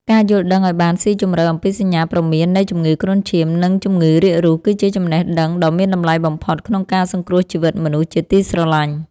ការយល់ដឹងឱ្យបានស៊ីជម្រៅអំពីសញ្ញាព្រមាននៃជំងឺគ្រុនឈាម និងជំងឺរាករូស គឺជាចំណេះដឹងដ៏មានតម្លៃបំផុតក្នុងការសង្គ្រោះជីវិតមនុស្សជាទីស្រឡាញ់។